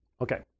Okay